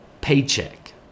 paycheck